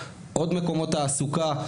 עוד מקומות תעסוקה,